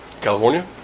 California